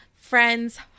friend's